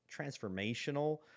transformational